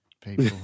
people